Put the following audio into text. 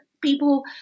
people